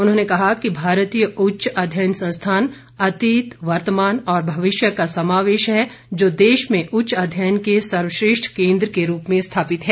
उन्होंने कहा कि भारतीय उच्च अध्ययन संस्थान अतीत वर्तमान और भविष्य का समावेश है जो देश में उच्च अध्ययन के सर्वश्रेष्ठ केंद्र के रूप में स्थापित है